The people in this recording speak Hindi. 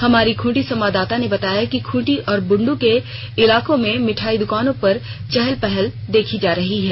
हमारी खूंटी संवाददाता ने बताया कि खूंटी और बुंडू के इलाकों में मिठाई द्कानों पर चहल पहल देखी जा रही है